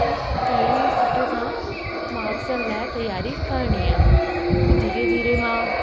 पंहिंजी सुठे सां माक्सनि लाइ तयारी करिणी आहे पोइ धीरे धीरे मां